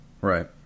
right